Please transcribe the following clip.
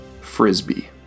Frisbee